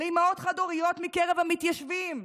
לאימהות חד-הוריות מקרב המתיישבים?